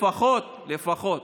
לפחות, לפחות